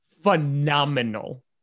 phenomenal